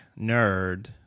nerd